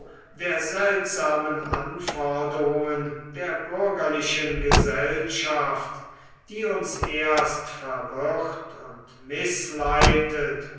der seltsamen anforderungen der bürgerlichen gesellschaft die uns erst verwirrt und